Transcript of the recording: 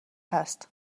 هست